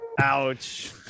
Ouch